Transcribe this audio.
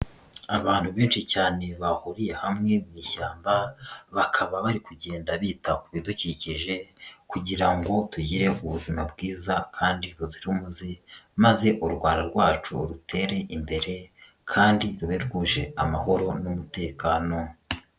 Abantu benshi cyane bahuriye hamwe mu ishyamba, bakaba bari kugenda bitaho ibidukikije kugira ngo tugire ubuzima bwiza kandi bazira umuze, maze u Rwanda rwacu rutere imbere, kandi rube rwuje amahoro n'umutekano.